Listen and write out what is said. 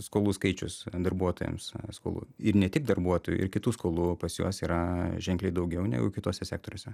skolų skaičius darbuotojams skolų ir ne tik darbuotojų ir kitų skolų pas juos yra ženkliai daugiau negu kituose sektoriuose